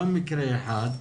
גם מקרה אחד.